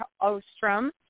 Ostrom